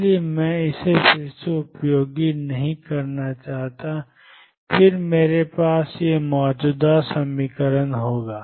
इसलिए मैं इसे फिर से उपयोग नहीं करना चाहता और फिर मेरे पास fxn ∞fxnxdxn है